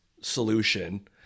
solution